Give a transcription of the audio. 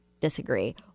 disagree